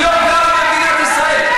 היא לא גרה במדינת ישראל.